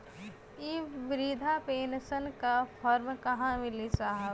इ बृधा पेनसन का फर्म कहाँ मिली साहब?